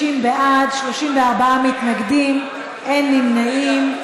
50 בעד, 34 מתנגדים, אין נמנעים.